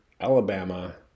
Alabama